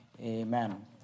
Amen